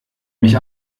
mich